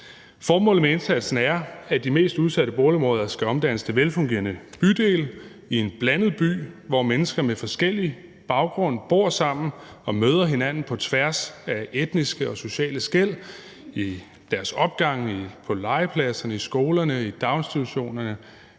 Formålet med indsatsen er, at de mest udsatte boligområder skal omdannes til velfungerende bydele i en blandet by, hvor mennesker med forskellig baggrund bor sammen og møder hinanden på tværs af etniske og sociale skel i deres opgange, på legepladserne, i skolerne og daginstitutionerne,